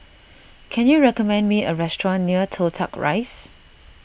can you recommend me a restaurant near Toh Tuck Rise